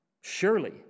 Surely